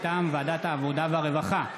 מטעם ועדת העבודה והרווחה,